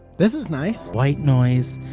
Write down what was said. this is nice. white noise.